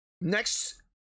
Next